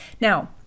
Now